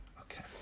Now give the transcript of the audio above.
Okay